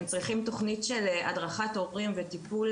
הם צריכים תוכנית של הדרכת הורים וטיפול